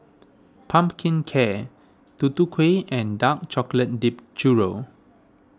Pumpkin Cake Tutu Kueh and Dark Chocolate Dipped Churro